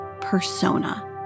persona